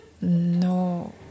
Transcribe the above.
no